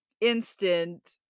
instant